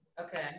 Okay